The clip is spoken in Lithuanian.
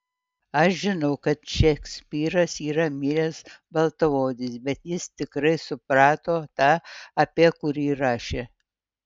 aš žinau kad šekspyras yra miręs baltaodis bet jis tikrai suprato tą apie kurį rašė